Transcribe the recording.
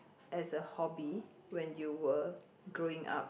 as a hobby when you were growing up